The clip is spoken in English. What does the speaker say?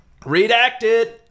Redacted